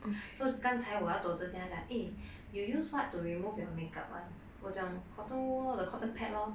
so 刚才我要走之前她讲 eh you use what to remove your makeup [one] 我讲 cotton wool lor the cotton pad lor